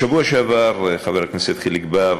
בשבוע שעבר, חבר הכנסת חיליק בר,